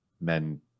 men